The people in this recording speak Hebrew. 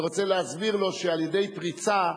ורוצה להסביר לו שעל-ידי פריצה,